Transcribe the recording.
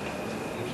דקות.